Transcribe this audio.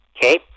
okay